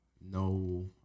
no